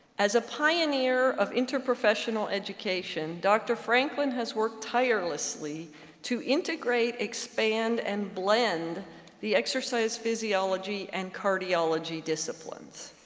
as a pioneer of inter-professional education, dr. franklin has worked tirelessly to integrate, expand, and blend the exercise, physiology, and cardiology disciplines.